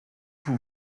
vous